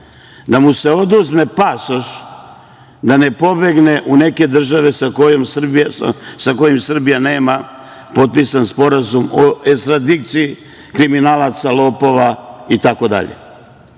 da mu se oduzme pasoš, da ne pobegne u neke države sa kojima Srbija nema potpisan sporazum o ekstradiciji kriminalaca, lopova, itd.